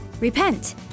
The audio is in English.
Repent